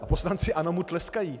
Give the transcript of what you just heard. A poslanci ANO mu tleskají.